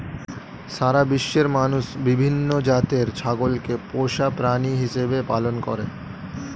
সারা বিশ্বের মানুষ বিভিন্ন জাতের ছাগলকে পোষা প্রাণী হিসেবে পালন করে